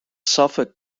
suffolk